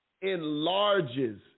enlarges